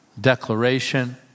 declaration